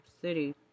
city